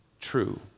true